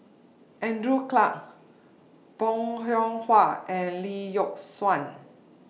Andrew Clarke Bong Hiong Hwa and Lee Yock Suan